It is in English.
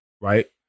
Right